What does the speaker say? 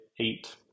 eight